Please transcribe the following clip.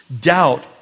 doubt